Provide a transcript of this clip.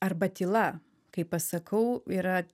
arba tyla kai pasakau yra